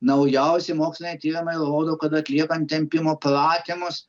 naujausi moksliniai tyrimai rodo kad atliekant tempimo pratimus